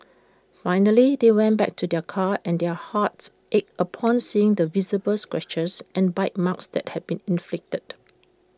finally they went back to their car and their hearts ached upon seeing the visible scratches and bite marks that had been inflicted